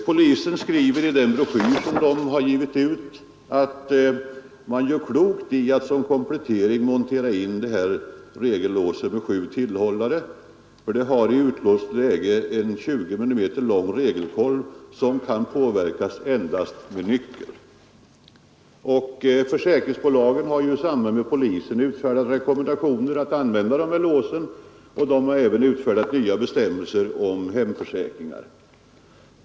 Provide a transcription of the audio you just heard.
Polisen skriver i den broschyr som den har givit ut, att man gör klokt i att som komplettering montera in sjutillhållarlåset, eftersom det i utlåst läge har en 20 millimeter lång regelkolv som kan påverkas endast med nyckel. Försäkringsbolagen har tillsammans med polisen utfärdat rekommendationen att använda låset och även utfärdat nya bestämmelser om hemförsäkring.